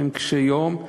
לפעמים קשי-יום,